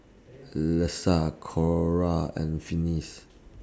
Lesa Cora and Finis